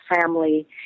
family